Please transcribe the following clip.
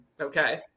Okay